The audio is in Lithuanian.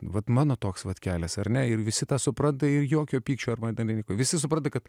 vat mano toks vat kelias ar ne ir visi tą supranta ir jokio pykčio arba beveik visi supranta kad